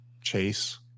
chase